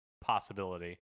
possibility